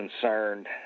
concerned